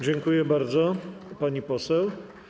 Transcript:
Dziękuję bardzo, pani poseł.